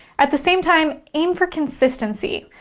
at the same time, aim for consistency.